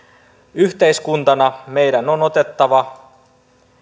yhteiskuntana meidän on otettava